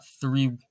three